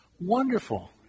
Wonderful